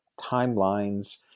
timelines